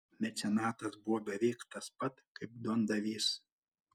mecenatas buvo beveik tas pat kaip duondavys